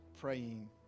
praying